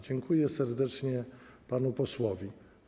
Dziękuję serdecznie panu posłowi.